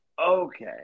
Okay